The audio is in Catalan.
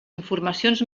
informacions